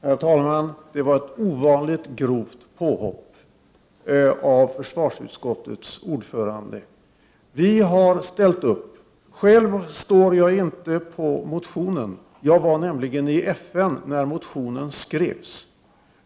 Herr talman! Det var ett ovanligt grovt påhopp av försvarsutskottets ordförande. Vi har ställt upp. Själv har jag inte skrivit under motionen, eftersom jag var i FN då motionen skrevs.